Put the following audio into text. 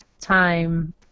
time